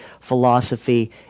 philosophy